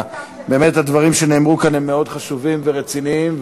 באמת הדברים שנאמרו כאן הם מאוד חשובים ורציניים,